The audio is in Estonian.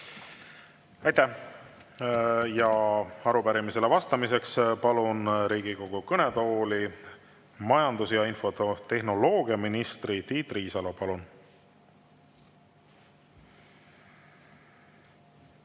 Aitäh! Arupärimisele vastamiseks palun Riigikogu kõnetooli majandus- ja infotehnoloogiaminister Tiit Riisalo. Palun!